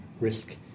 risk